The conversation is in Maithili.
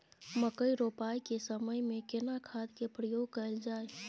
मकई रोपाई के समय में केना खाद के प्रयोग कैल जाय?